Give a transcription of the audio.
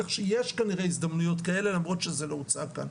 כך שיש כנראה הזדמנויות כאלה למרות שזה לא מוצג כאן.